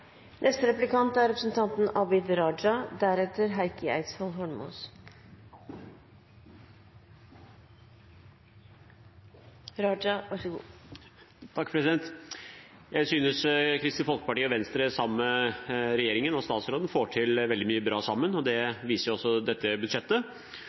Jeg synes Kristelig Folkeparti og Venstre sammen med regjeringen og statsråden får til veldig mye bra sammen, og det viser også dette budsjettet.